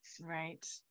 Right